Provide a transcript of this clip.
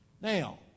Now